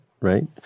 right